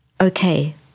okay